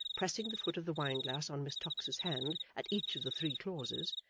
pressing the foot of the wine-glass on miss tox's hand, at each of the three clauses,